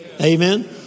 Amen